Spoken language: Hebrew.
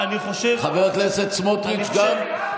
אני חושב, חבר הכנסת סמוטריץ', די.